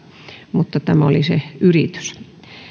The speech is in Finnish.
mutta tämä oli se yritys